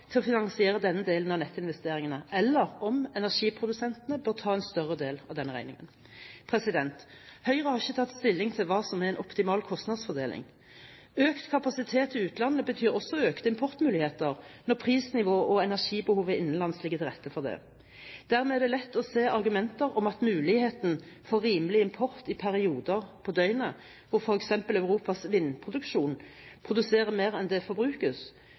til å finansiere denne delen av nettinvesteringene, eller om energiprodusentene bør ta en større del av denne regningen. Høyre har ikke tatt stilling til hva som er en optimal kostnadsfordeling. Økt kapasitet til utlandet betyr også økte importmuligheter når prisnivå og energibehovet innenlands ligger til rette for det. Dermed er det lett å se argumenter om at muligheten for rimelig import i perioder på døgnet hvor f.eks. Europas vindproduksjon produserer mer enn det forbrukes,